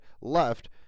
left